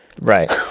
right